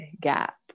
Gap